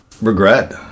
regret